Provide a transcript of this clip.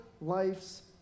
life's